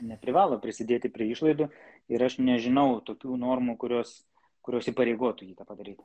neprivalo prisidėti prie išlaidų ir aš nežinau tokių normų kurios kurios įpareigotų jį tą padaryt